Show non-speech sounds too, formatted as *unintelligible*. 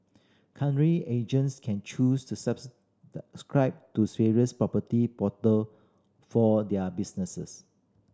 currently agents can choose to subscribe to *unintelligible* various property portal for their businesses